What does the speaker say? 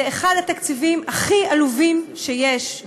זה אחד התקציבים הכי עלובים שיש.